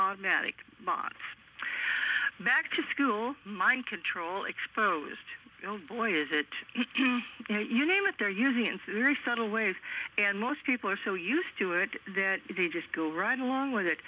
and matic bought back to school mind control exposed oh boy is it you name it they're using insulin resettle ways and most people are so used to it that they just go right along with it